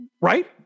Right